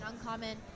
uncommon